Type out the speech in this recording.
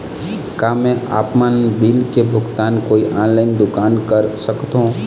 का मैं आपमन बिल के भुगतान कोई ऑनलाइन दुकान कर सकथों?